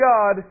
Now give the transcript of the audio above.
God